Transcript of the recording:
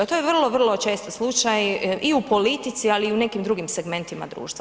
To je vrlo, vrlo često slučaj i u politici, ali i u nekim drugim segmentima društva.